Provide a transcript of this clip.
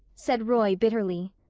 said roy bitterly.